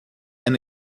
and